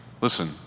listen